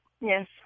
Yes